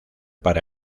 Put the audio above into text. para